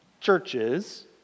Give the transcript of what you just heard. churches